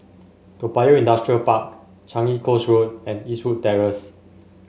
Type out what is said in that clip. Toa Payoh Industrial Park Changi Coast Road and Eastwood Terrace